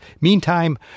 meantime